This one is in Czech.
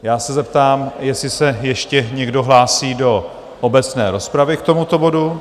Já se zeptám, jestli se ještě někdo hlásí do obecné rozpravy k tomuto bodu?